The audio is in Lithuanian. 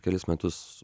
kelis metus